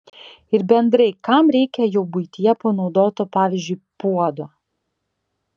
ir bendrai kam reikia jau buityje panaudoto pavyzdžiui puodo